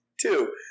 Two